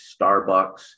Starbucks